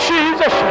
Jesus